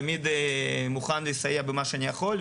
תמיד מוכן לסייע במה שאני יכול,